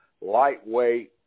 lightweight